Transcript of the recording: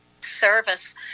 service